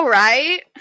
right